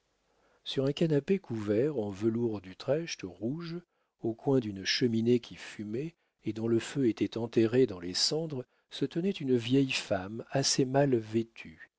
sur un canapé couvert en velours d'utrecht rouge au coin d'une cheminée qui fumait et dont le feu était enterré dans les cendres se tenait une vieille femme assez mal vêtue